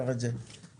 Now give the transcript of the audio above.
אני אומר את זה גם לאביר.